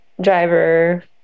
driver